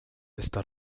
está